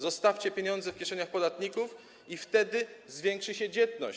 Zostawcie pieniądze w kieszeniach podatników i wtedy zwiększy się dzietność.